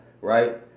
Right